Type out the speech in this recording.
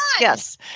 Yes